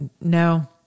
No